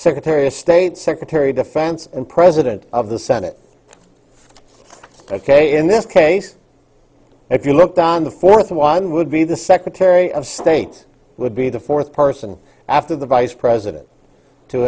secretary of state secretary of defense and president of the senate ok in this case if you look down the fourth one would be the secretary of state would be the fourth person after the vice president to